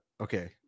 Okay